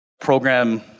program